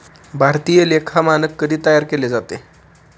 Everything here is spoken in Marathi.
भारतीय लेखा मानक कधी तयार केले जाते?